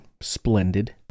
splendid